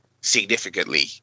significantly